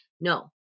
No